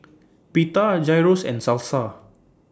Pita Gyros and Salsa